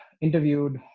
interviewed